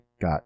got